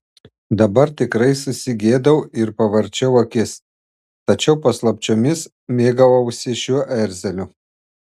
dabar tikrai susigėdau ir pavarčiau akis tačiau paslapčiomis mėgavausi šiuo erzeliu